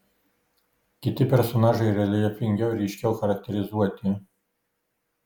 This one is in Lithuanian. kiti personažai reljefingiau ir ryškiau charakterizuoti